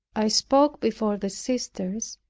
i spoke before the sisters,